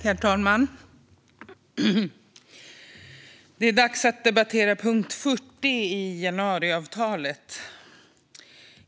Herr talman! Det är dags att debattera punkt 40 i januariavtalet.